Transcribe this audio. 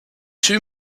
two